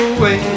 away